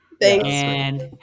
Thanks